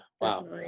Wow